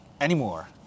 anymore